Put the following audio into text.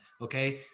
Okay